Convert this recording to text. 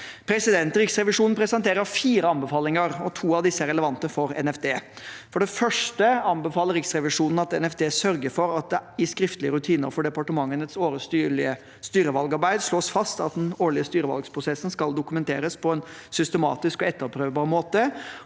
med dette. Riksrevisjonen presenterer fire anbefalinger, og to av disse er relevante for NFD. For det første anbefaler Riksrevisjonen at NFD sørger for at det i skriftlige rutiner for departementenes årlige styrevalgarbeid slås fast at den årlige styrevalgprosessen skal dokumenteres på en systematisk og etterprøvbar måte,